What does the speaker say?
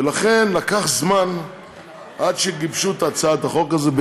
ולכן לקח זמן עד שגיבשו את הצעת החוק הזאת,